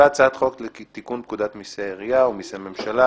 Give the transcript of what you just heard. והצעת חוק לתיקון פקודת מסי העירייה ומסי ממשלה